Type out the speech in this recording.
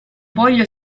voglio